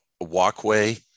walkway